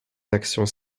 actions